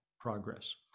progress